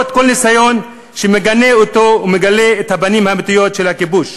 כל ניסיון שמגנה אותו ומגלה את הפנים האמיתיות של הכיבוש.